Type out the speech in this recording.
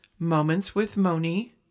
momentswithmoni